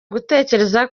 gutekereza